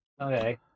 Okay